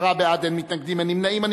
עשרה בעד, אין מתנגדים, אין נמנעים.